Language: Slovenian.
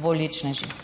Dvoličneži.